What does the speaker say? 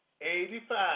eighty-five